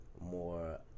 more